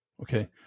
Okay